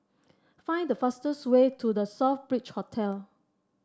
find the fastest way to The Southbridge Hotel